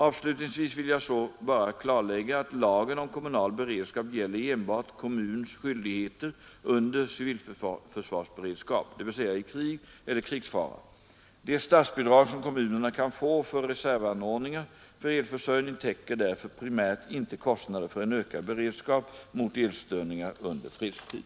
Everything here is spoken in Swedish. Avslutningsvis vill jag så bara klarlägga att lagen om kommunal beredskap gäller enbart kommuns skyldigheter under civilförsvarsberedskap, dvs. i krig eller krigsfara. De statsbidrag som kommunerna kan få till reservanordningar för elförsörjning täcker därför primärt inte kostnader för en ökad beredskap mot elstörningar under fredstid.